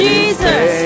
Jesus